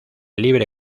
libre